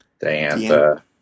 Diantha